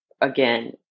again